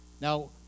Now